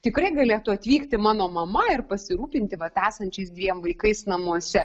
tikrai galėtų atvykti mano mama ir pasirūpinti vat esančiais dviem vaikais namuose